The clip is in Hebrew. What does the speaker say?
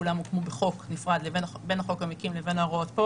כולם הוקמו בחוק נפרד לבין ההוראות כאן.